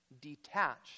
detached